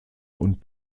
und